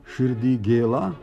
širdy gėla